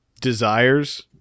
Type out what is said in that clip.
desires